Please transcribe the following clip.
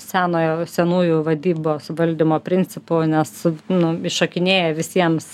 senojo senųjų vadybos valdymo principų nes nu iššokinėja visiems